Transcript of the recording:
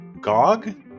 GOG